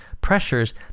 pressures